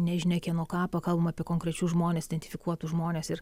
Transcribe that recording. nežinia kieno kapą kalbam apie konkrečius žmones identifikuotus žmones ir